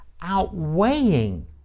outweighing